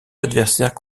adversaires